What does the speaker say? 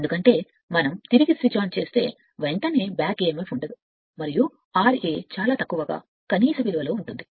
ఎందుకంటే మనం తిరిగి స్విచ్ ఆన్ చేస్తే వెంటనే బ్యాక్ emf ఉండదు మరియు ra r చాలా చిన్నదిగా చేస్తే అది కనీస విలువలో ఉంటుంది